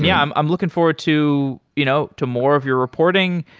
yeah i'm i'm looking forward to you know to more of your reporting.